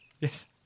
Yes